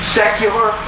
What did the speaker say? secular